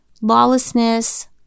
lawlessness